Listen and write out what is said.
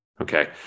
okay